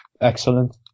excellent